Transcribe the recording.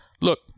look